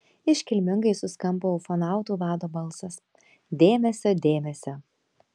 iškilmingai suskambo ufonautų vado balsas dėmesio dėmesio